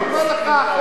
ד"ר אגבאריה,